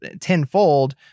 tenfold